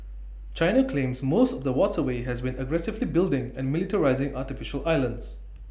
China claims most of the waterway and has been aggressively building and militarising artificial islands